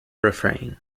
refrain